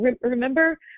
Remember